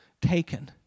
taken